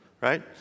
right